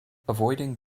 avoiding